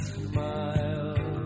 smile